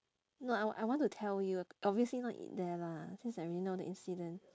no I I want to tell you obviously not eat there lah since I already know the incident